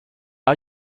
are